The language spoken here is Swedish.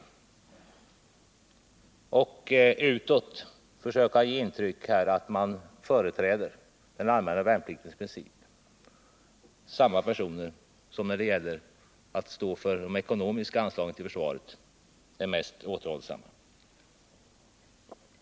Samma personer som mest söker ge intryck av att de förespråkar den allmänna värnpliktens princip är när det gäller de ekonomiska anslagen till försvaret mest återhållsamma.